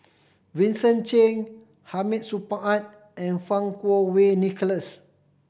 Vincent Cheng Hamid Supaat and Fang Kuo Wei Nicholas